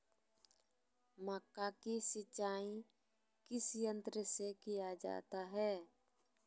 मक्का की सिंचाई किस यंत्र से किया जाता है?